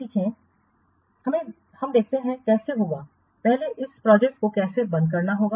सीखें अब हमें देखते हैं कैसे होगा पहले इस प्रोजेक्ट को कैसे बंद करेगा